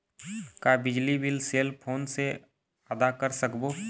का बिजली bill cell phone से आदा कर सकबो?